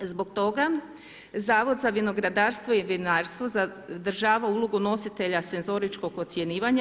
Zbog toga Zavod za vinogradarstvo i vinarstvo zadržava ulogu nositelja senzoričnog ocjenjivanja.